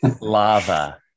Lava